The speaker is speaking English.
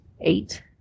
eight